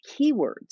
keywords